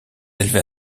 élevée